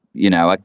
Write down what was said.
you know, ah